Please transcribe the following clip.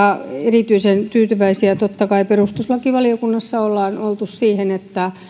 erityisen tyytyväisiä totta kai perustuslakivaliokunnassa ollaan oltu siihen että